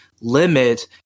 limit